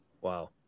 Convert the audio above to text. Wow